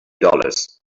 dollars